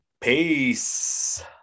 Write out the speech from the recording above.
peace